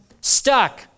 Stuck